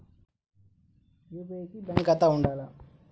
UPI కి bank ఖాతా ఉండాల?